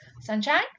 Sunshine